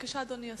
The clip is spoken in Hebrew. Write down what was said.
בבקשה, אדוני השר.